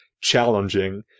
challenging